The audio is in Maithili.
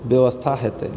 व्यवस्था हेतै